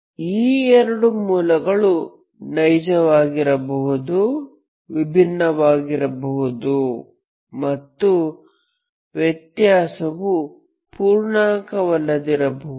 ಆ ಎರಡು ಮೂಲಗಳು ನೈಜವಾಗಿರಬಹುದು ವಿಭಿನ್ನವಾಗಿರಬಹುದು ಮತ್ತು ವ್ಯತ್ಯಾಸವು ಪೂರ್ಣಾಂಕವಲ್ಲದಿರಬಹುದು